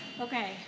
Okay